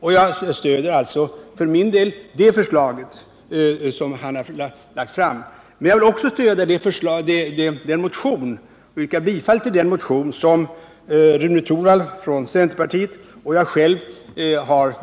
Jag stöder alltså för min del det förslag Arne Pettersson lagt fram. Men jag vill också stödja den motion som Rune Torwald från centerpartiet och jag själv har